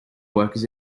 workers